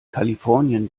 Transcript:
kalifornien